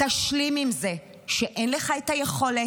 תשלים עם זה שאין לך את היכולת,